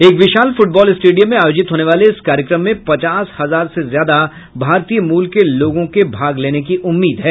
एक विशाल football stadium में आयोजित होने वाले इस कार्यक्रम में पचास हजार से ज्यादा भारतीय मूल के लोगों के भाग लेने की उम्मीद है